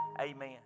amen